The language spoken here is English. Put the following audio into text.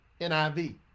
NIV